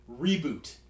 reboot